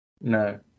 No